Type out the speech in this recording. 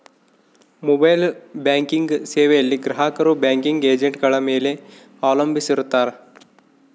mobile banking ಸೇವೆಯಲ್ಲಿ ಗ್ರಾಹಕರು banking ಏಜೆಂಟ್ಗಳ ಮೇಲೆ ಅವಲಂಬಿಸಿರುತ್ತಾರ